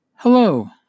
Hello